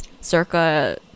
circa